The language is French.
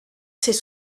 ces